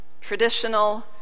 traditional